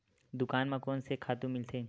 दुकान म कोन से खातु मिलथे?